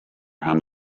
and